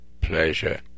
pleasure